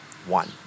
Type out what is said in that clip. One